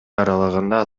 аралыгында